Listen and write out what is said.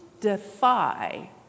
defy